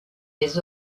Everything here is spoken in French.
des